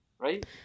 right